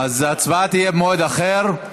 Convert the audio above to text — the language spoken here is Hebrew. ההצבעה תהיה במועד אחר.